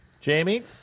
Jamie